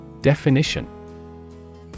Definition